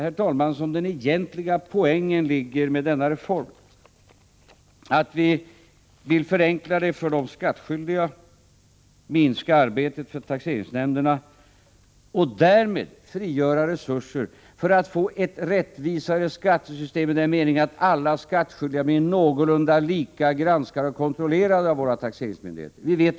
Det är här som den egentliga poängen ligger med denna reform, nämligen att vi vill förenkla för de skattskyldiga, minska arbetet för taxeringsnämnderna och därmed frigöra resurser för att få ett rättvisare skattesystem i den meningen att alla skattskyldiga blir någorlunda lika granskade och kontrollerade av våra taxeringsmyndigheter.